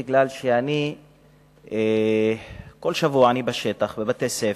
כי כל שבוע אני בשטח, בבתי-ספר,